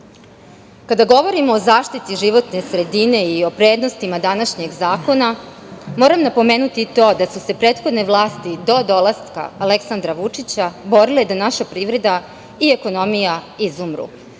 govorimo o zaštiti životne sredine i o prednostima današnjeg zakona, moram napomenuti i to da su se prethodne vlasti do dolaska Aleksandra Vučića borile da naša privreda i ekonomija izumru.